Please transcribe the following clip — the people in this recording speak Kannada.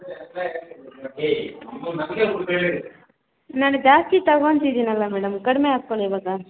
ನಾನು ಜಾಸ್ತಿ ತೊಗೊತಿದೀನಲ್ಲ ಮೇಡಮ್ ಕಡಿಮೆ ಹಾಕ್ಕೊಳ್ಳಿ ಇವಾಗ